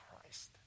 Christ